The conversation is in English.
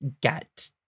get